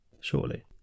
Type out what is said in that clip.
shortly